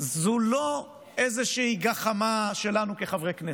זו לא איזושהי גחמה שלנו כחברי כנסת.